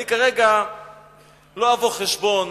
אני לא אבוא חשבון